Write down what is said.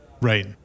Right